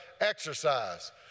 exercise